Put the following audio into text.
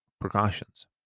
precautions